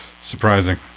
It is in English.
Surprising